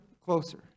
closer